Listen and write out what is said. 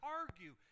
argue